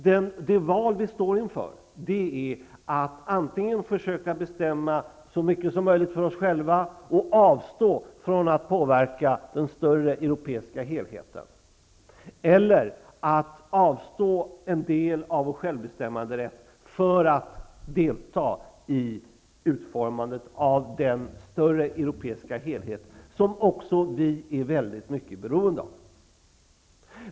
Det val vi står inför är att antingen försöka bestämma så mycket som möjligt för oss själva och avstå från att påverka den större europeiska helheten eller att avstå en del av vår självbestämmanderätt för att delta i utformandet av den större europeiska helhet som också vi är väldigt mycket beroende av.